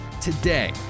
Today